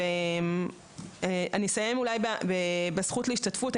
אני אסיים בזכות להשתתפות.